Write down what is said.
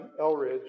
Elridge